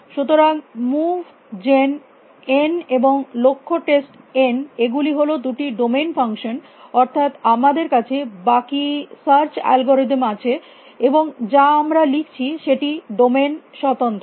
সুতরাং move gen n এবং লক্ষ্য টেস্ট n এগুলি হল দুটি ডোমেইন ফাংশন অর্থাৎ আমাদের কাছে বাকি সার্চ অ্যালগরিদম আছে এবং যা আমরা লিখছি সেটি ডোমেইন স্বতন্ত্র